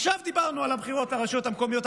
עכשיו דיברנו על הבחירות לרשויות המקומיות.